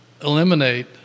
eliminate